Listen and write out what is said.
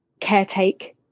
caretake